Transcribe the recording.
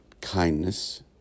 kindness